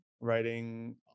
writing